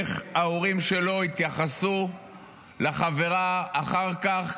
איך ההורים שלו התייחסו לחברה אחר כך,